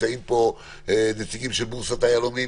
נמצאים נציגים של בורסת היהלומים,